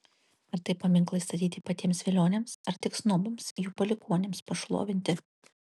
ar tai paminklai statyti patiems velioniams ar tik snobams jų palikuonims pašlovinti